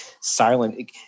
silent